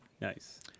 Nice